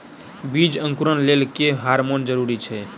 बीज अंकुरण लेल केँ हार्मोन जरूरी छै?